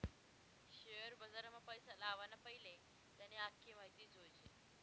share बजारमा पैसा लावाना पैले त्यानी आख्खी माहिती जोयजे